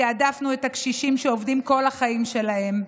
תיעדפנו את הקשישים שעובדים כל החיים שלהם,